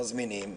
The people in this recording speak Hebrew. מזמינים,